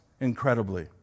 incredibly